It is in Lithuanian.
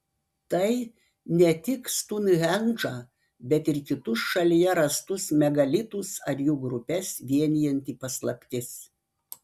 tai ne tik stounhendžą bet ir kitus šalyje rastus megalitus ar jų grupes vienijanti paslaptis